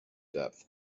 depth